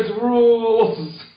rules